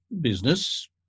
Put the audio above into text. business